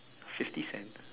fifty cent